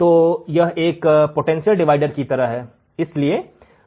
तो यह एक पोटेंशियल डिवाइडर की तरह है